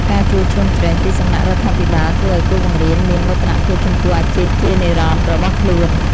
ការជួយជ្រោមជ្រែងពីសំណាក់រដ្ឋាភិបាលធ្វើឱ្យគ្រូបង្រៀនមានមោទនភាពចំពោះអាជីពជានិរន្តរ៍របស់ខ្លួន។